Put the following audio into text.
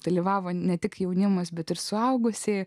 dalyvavo ne tik jaunimas bet ir suaugusieji